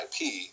IP